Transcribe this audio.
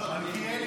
לא, לא, מלכיאלי